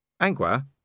Angua